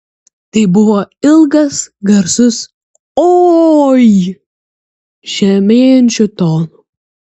tai buvo ilgas garsus oi žemėjančiu tonu